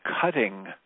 cutting